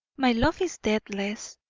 my love is deathless,